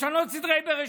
לשנות סדרי בראשית.